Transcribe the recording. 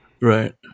Right